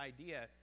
idea